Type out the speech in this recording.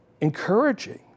Encouraging